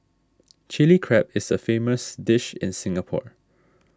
Chilli Crab is a famous dish in Singapore